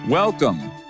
Welcome